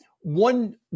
one